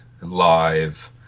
live